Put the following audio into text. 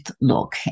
look